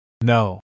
No